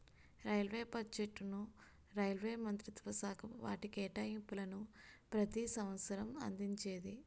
railway బడ్జెట్ను railway మంత్రిత్వశాఖ వాటి కేటాయింపులను ప్రతి సంవసరం అందించేది